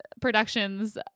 productions